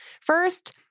First